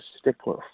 stickler